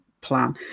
plan